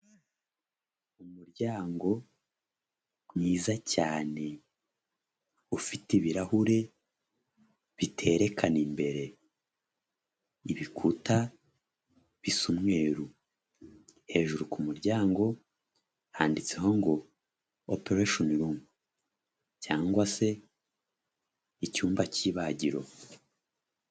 Umuryango mwiza cyane ufite ibirahure biterekana imbere. Ibikuta bisa umweru, hejuru ku muryango handitseho ngo Operesheni rumu, cyangwa se icyumba cy'ibagiro.